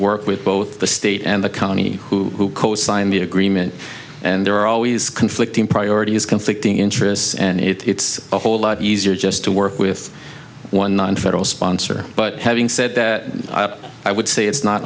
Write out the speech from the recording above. work with both the state and the company who cosigned the agreement and there are always conflicting priorities conflicting interests and it's a whole lot easier just to work with one nonfederal sponsor but having said that i would say it's not